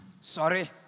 Sorry